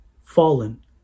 fallen